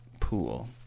pool